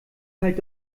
halt